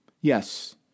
Yes